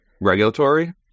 regulatory